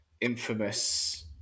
infamous